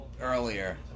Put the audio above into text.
earlier